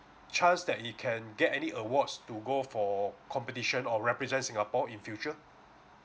chance that he can get any awards to go for competition or represent singapore in future